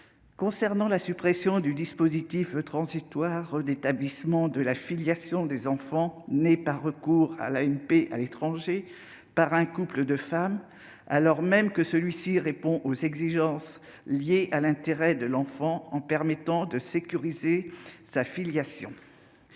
le cas de la suppression du dispositif transitoire d'établissement de la filiation des enfants nés par recours à l'AMP à l'étranger par un couple de femmes, alors même que celui-ci permet de garantir l'intérêt de l'enfant en permettant de sécuriser sa filiation.